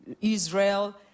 Israel